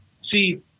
See